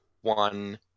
one